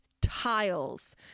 tiles